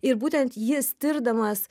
ir būtent jis tirdamas